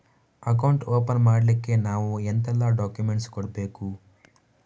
Account open ಮಾಡ್ಲಿಕ್ಕೆ ನಾವು ಎಂತೆಲ್ಲ ಡಾಕ್ಯುಮೆಂಟ್ಸ್ ಕೊಡ್ಬೇಕು?